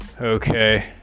Okay